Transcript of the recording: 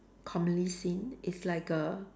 commonly it's like a